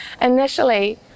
initially